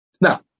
Now